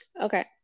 Okay